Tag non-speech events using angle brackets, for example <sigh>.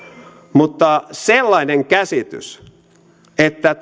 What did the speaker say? mutta sellainen käsitys että <unintelligible>